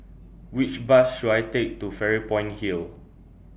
Which Bus should I Take to Fairy Point Hill